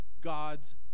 God's